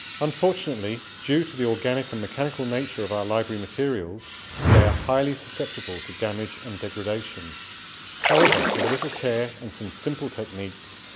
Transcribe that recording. unfortunately, due to the organic and mechanical nature of our library materials they are highly susceptible to damage and degradation however, with a little care, and some simple techniques,